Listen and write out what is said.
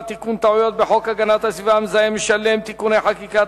תיקון טעויות בחוק הגנת הסביבה (המזהם משלם) (תיקוני חקיקה),